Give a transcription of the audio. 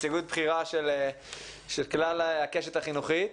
נציגות בכירה של כלל הקשת החינוכית.